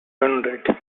wounded